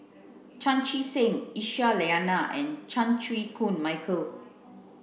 Chan Chee Seng Aisyah Lyana and Chan Chew Koon Michael